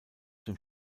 dem